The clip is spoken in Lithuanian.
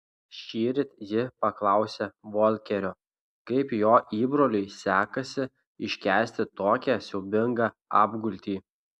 šįryt ji paklausė volkerio kaip jo įbroliui sekasi iškęsti tokią siaubingą apgultį